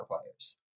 players